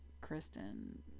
Kristen